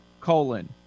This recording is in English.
colon